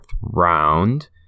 round